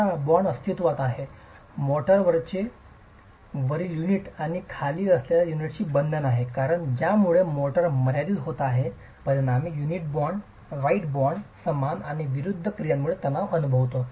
आता बाँड अस्तित्वात आहे मोर्टारचे वरील युनिट आणि खाली असलेल्या युनिटशी बंधन आहे कारण ज्यामुळे मोर्टार मर्यादित होत आहे परिणामी unit bond right bond right समान आणि विरुद्ध क्रियांमुळे तणाव अनुभवतो